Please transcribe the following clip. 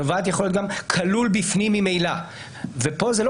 זה יכול להיות גם כלול בפנים ממילא אבל כאן זה לא